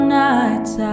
nights